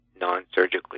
non-surgically